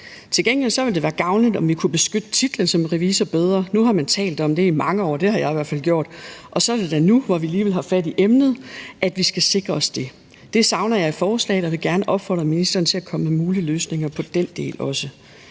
Til gengæld ville det være gavnligt, om vi kunne beskytte titlen som revisor bedre. Nu har man talt om det i mange år – det har jeg i hvert fald gjort – og så er det da nu, hvor vi alligevel har fat i emnet, at vi skal sikre os det. Det savner jeg i forslaget, og jeg vil gerne opfordre ministeren til at komme med mulige løsninger på den del også.